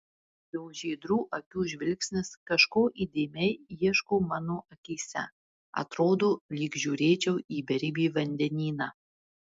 jo žydrų akių žvilgsnis kažko įdėmiai ieško mano akyse atrodo lyg žiūrėčiau į beribį vandenyną